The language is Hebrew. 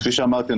כפי שאמרתי,